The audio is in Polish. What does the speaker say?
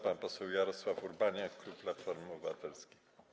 Pan poseł Jarosław Urbaniak, klub Platforma Obywatelska.